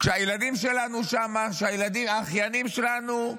כשהילדים שלנו, כשהאחיינים שלנו,